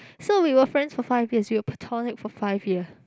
so we were friends for five years we were platonic for five year